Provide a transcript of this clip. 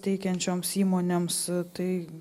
teikiančioms įmonėms tai